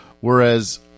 whereas